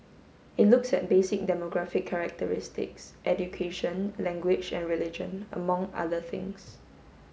it looks at basic demographic characteristics education language and religion among other things